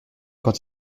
quand